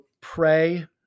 pray